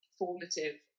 formative